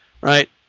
right